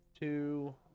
two